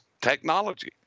technology